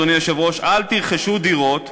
אדוני היושב-ראש: אל תרכשו דירות,